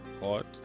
hot